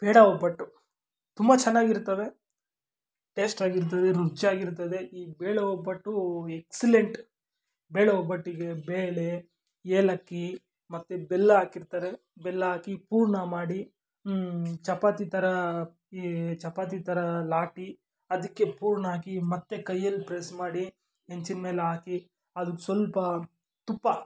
ಪೇಡ ಒಬ್ಬಟ್ಟು ತುಂಬ ಚೆನ್ನಾಗಿರ್ತವೆ ಟೇಸ್ಟಾಗಿರ್ತದೆ ರುಚಿಯಾಗಿರ್ತದೆ ಈ ಬೇಳೆ ಒಬ್ಬಟ್ಟು ಎಕ್ಸಲೆಂಟ್ ಬೇಳೆ ಒಬ್ಬಟ್ಟಿಗೆ ಬೇಳೆ ಏಲಕ್ಕಿ ಮತ್ತು ಬೆಲ್ಲ ಹಾಕಿರ್ತಾರೆ ಬೆಲ್ಲ ಹಾಕಿ ಪೂರ್ಣ ಮಾಡಿ ಚಪಾತಿ ಥರ ಈ ಚಪಾತಿ ಥರ ಲಾಟಿ ಅದಕ್ಕೆ ಪೂರ್ಣ ಹಾಕಿ ಮತ್ತೆ ಕೈಯಲ್ಲಿ ಪ್ರೆಸ್ ಮಾಡಿ ಹೆಂಚಿನ ಮೇಲೆ ಹಾಕಿ ಅದನ್ನ ಸ್ವಲ್ಪ ತುಪ್ಪ